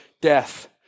death